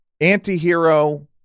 anti-hero